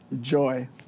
joy